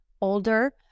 older